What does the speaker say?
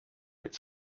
its